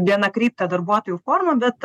vienakrypte darbuotojų forma bet